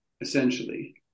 essentially